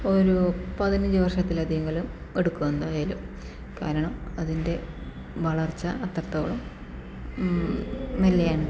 ഒരു പതിനഞ്ച് വർഷത്തിലധികം എങ്കിലും എടുക്കും എന്തായാലും കാരണം അതിൻ്റെ വളർച്ച അത്രത്തോളം മെല്ലെയാണ്